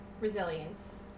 resilience